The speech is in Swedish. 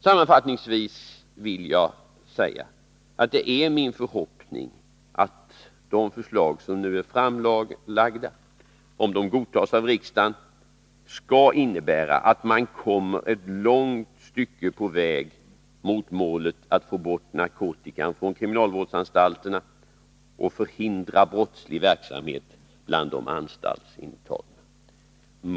Sammanfattningsvis vill jag säga att det är min förhoppning att de förslag som nu är framlagda — om de godtas av riksdagen — skall innebära att man kommer ett långt stycke på väg mot målet att få bort narkotikan från kriminalvårdsanstalterna och förhindra brottslig verksamhet bland de anstaltsintagna.